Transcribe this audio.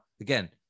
again